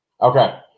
Okay